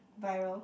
viral